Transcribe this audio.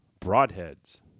broadheads